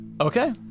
Okay